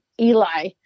Eli